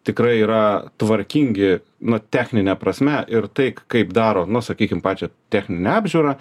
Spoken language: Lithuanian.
tikrai yra tvarkingi nu technine prasme ir tai kaip daro nu sakykim pačią techninę apžiūrą